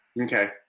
Okay